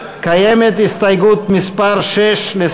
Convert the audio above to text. קבוצת סיעת בל"ד וקבוצת סיעת חד"ש לסעיף